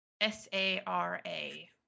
S-A-R-A